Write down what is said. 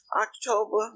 October